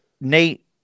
Nate